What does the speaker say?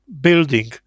building